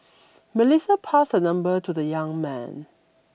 Melissa passed her number to the young man